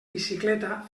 bicicleta